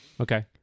Okay